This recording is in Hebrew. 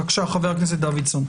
בבקשה, חבר הכנסת דוידסון.